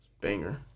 banger